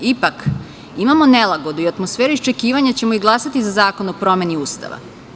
Ipak, imamo nelagodu i atmosferu iščekivanja, hoćemo li glasati za zakon o promeni Ustava.